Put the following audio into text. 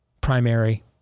primary